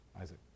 Isaac